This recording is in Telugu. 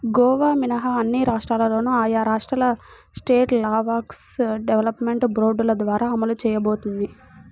గోవా మినహా అన్ని రాష్ట్రాల్లో ఆయా రాష్ట్రాల స్టేట్ లైవ్స్టాక్ డెవలప్మెంట్ బోర్డుల ద్వారా అమలు చేయబడుతోంది